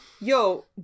Yo